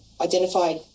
identified